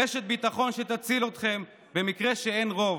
רשת ביטחון שתציל אתכם במקרה שאין רוב.